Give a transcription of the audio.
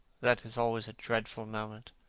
that is always a dreadful moment.